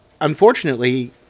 Unfortunately